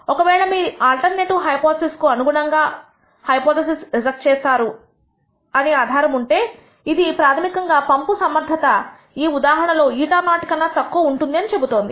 ఒకవేళ మీరు ఈ ఆల్టర్నేటివ్ హైపోథిసిస్ కు అనుగుణంగా హైపోథిసిస్ రిజెక్ట్ చేస్తారు అని ఆధారం ఉంటేఇది ప్రాథమికంగా పంపు సమర్థత ఈ ఉదాహరణలో η0 కన్నా తక్కువ ఉంటుంది అని చెబుతోంది